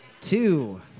two